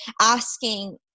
asking